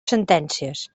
sentències